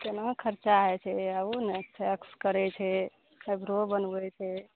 कोना खरचा होइ छै आबू ने वैक्स करै छै आइब्रो बनबै छै